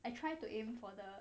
I try to aim for the